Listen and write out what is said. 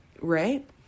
right